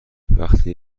وقتی